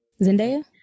Zendaya